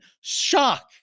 Shock